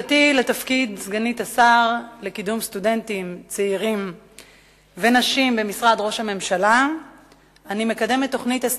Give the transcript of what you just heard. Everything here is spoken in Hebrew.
2. כיצד מתכוון ראש הממשלה להחיל את השוויון על